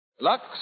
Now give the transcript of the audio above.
Lux